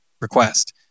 request